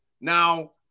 now